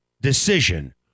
decision